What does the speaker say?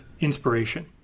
inspiration